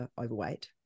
overweight